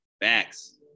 Facts